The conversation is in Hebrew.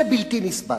זה בלתי נסבל.